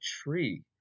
tree